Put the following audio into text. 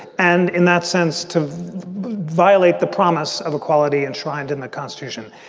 and in that sense, to violate the promise of equality enshrined in the constitution.